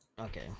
Okay